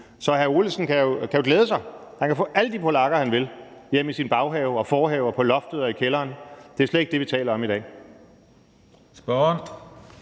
Ole Birk Olesen kan jo glæde sig – han kan få alle de polakker, han vil, hjem i sin baghave, i sin forhave og på loftet og i kælderen, men det er slet ikke det, vi taler om i dag.